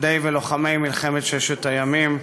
מפקדי ולוחמי מלחמת ששת הימים,